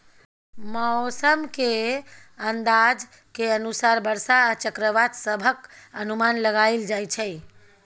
मौसम के अंदाज के अनुसार बरसा आ चक्रवात सभक अनुमान लगाइल जाइ छै